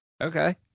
Okay